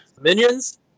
Minions